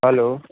hello